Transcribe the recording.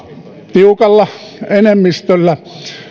tiukalla enemmistöllä